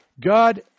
God